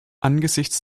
angesichts